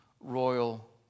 royal